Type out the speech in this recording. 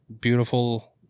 beautiful